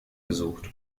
gesucht